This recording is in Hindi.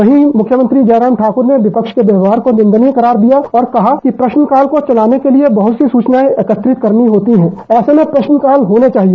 वहीं मुख्यमंत्री जयराम ठाकर ने विपक्ष के व्यवहार को निंदनीय करार दिया और कहा कि प्रश्नकाल को चलाने के लिए बहत सी सूचनाएं एकत्र करनी होती हैं ऐसे में प्रश्नकाल होने चाहिए